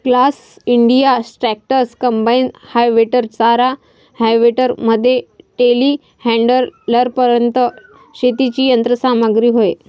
class India tractors, combine harvester, चारा harvester मध्ये टेलीहँडलरपर्यंत शेतीची यंत्र सामग्री होय